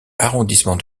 arrondissement